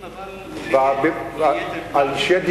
מסתפקים, אבל להעביר לוועדה,